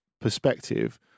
perspective